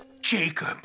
Jacob